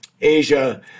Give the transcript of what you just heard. Asia